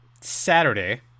Saturday